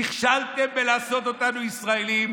נכשלתם לעשות אותנו ישראלים.